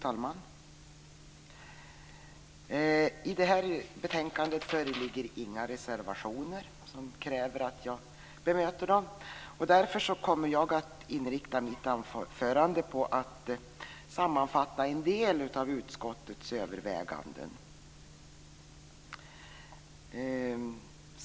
Fru talman! I det här betänkandet föreligger inga reservationer som kräver att jag bemöter dem. Därför kommer jag i mitt anförande att inrikta mig på att sammanfatta en del av utskottets överväganden.